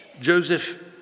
Joseph